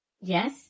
Yes